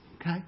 Okay